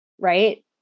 right